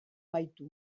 baitu